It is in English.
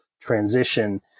transition